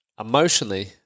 emotionally